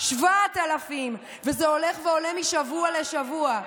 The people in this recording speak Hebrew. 7,000, וזה הולך ועולה משבוע לשבוע.